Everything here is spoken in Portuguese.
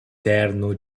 terno